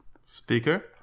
Speaker